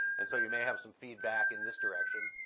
and so you may have some feedback in this direction.